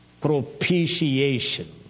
propitiation